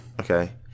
Okay